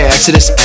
Exodus